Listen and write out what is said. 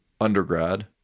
undergrad